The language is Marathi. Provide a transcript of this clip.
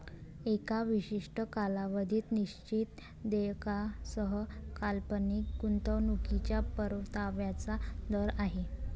एका विशिष्ट कालावधीत निश्चित देयकासह काल्पनिक गुंतवणूकीच्या परताव्याचा दर आहे